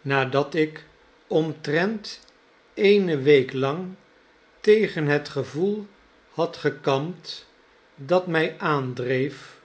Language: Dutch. nadat ik omtrent eene week lang tegen het gevoel had gekampt dat mij aandreef